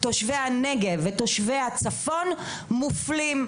תושבי הנגב ותושבי הצפון מופלים.